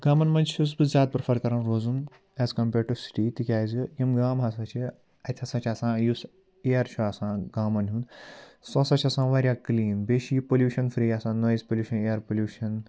گامَن مَنٛز چھُس بہٕ زیادٕ پرٛٮ۪فَر کَران روزُن ایز کَمپیٲڈ ٹُہ سِٹی تِکیٛازِ یِم گام ہَسا چھِ اَتہِ ہَسا چھِ آسان یُس اِیَر چھُ آسان گامَن ہُنٛد سُہ ہَسا چھُ آسان واریاہ کلیٖن بیٚیہِ چھُ یہِ پولیوٗشَن فرٛی آسان نایِز پولیوٗشَن اِیَر پولیوشَن